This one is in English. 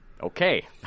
Okay